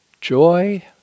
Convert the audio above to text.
joy